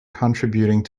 contributing